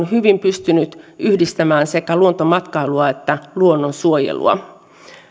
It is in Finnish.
hyvin pystynyt yhdistämään sekä luontomatkailua että luonnonsuojelua